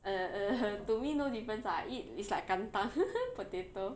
uh uh to me no difference ah it it's like kentang potato